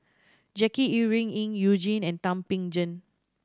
Jackie Yi Ru Ying You Jin and Thum Ping Tjin